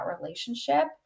relationship